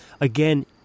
Again